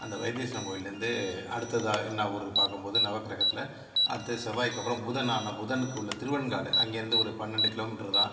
அந்த வைத்தீஸ்வரன் கோவில்ல இருந்து அடுத்ததாக என்ன ஊர் பார்க்கும்போது நவக்கிரகத்தில் அடுத்து செவ்வாய்க்கு அப்புறம் புதனான புதனுக்குள்ள திருவெண்காடு அங்கிருந்து ஒரு பன்னென்டு கிலோமீட்டர் தான்